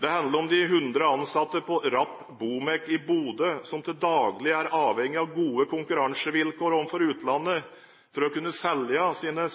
Det handler om de hundre ansatte på Rapp Bomek i Bodø som til daglig er avhengig av gode konkurransevilkår overfor utlandet for å kunne selge sine